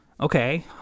Okay